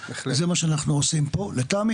זה מה שאנחנו עושים פה לטעמי.